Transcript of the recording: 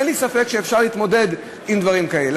אין לי ספק שאפשר להתמודד עם דברים כאלה.